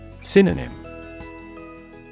Synonym